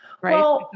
Right